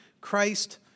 Christ